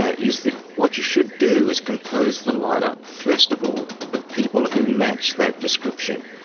ah is that what you should do is compose the line-up first of all of people who match that description.